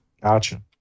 Gotcha